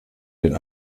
den